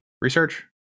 research